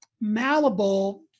malleable